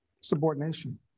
subordination